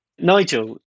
Nigel